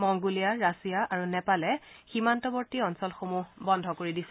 Mongolia Russia আৰু নেপালে সীমান্তৱৰ্তী অঞ্চলসমূহ বন্ধ কৰি দিছে